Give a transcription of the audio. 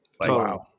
Wow